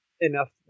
Enough